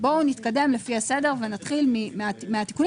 בואו נתקדם לפי הסדר ונתחיל מהתיקונים